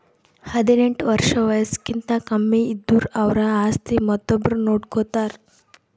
ಹದಿನೆಂಟ್ ವರ್ಷ್ ವಯಸ್ಸ್ಕಿಂತ ಕಮ್ಮಿ ಇದ್ದುರ್ ಅವ್ರ ಆಸ್ತಿ ಮತ್ತೊಬ್ರು ನೋಡ್ಕೋತಾರ್